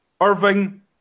Irving